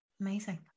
Amazing